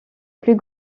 plus